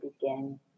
begin